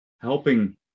helping